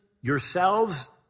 yourselves